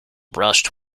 brushed